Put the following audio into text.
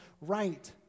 right